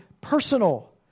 personal